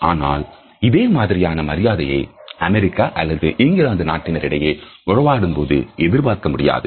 ஆனால் இதே மாதிரியான மரியாதையை அமெரிக்க அல்லது இங்கிலாந்து நாட்டினர் இடையே உறவாடும் போது எதிர்பார்க்க முடியாது